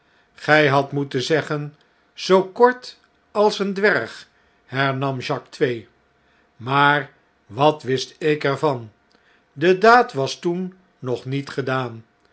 gg hadt moeten zeggen zoo kort als een dwerg hernam jacques twee maar wat wist ik er van de daad was toen nog niet gedaan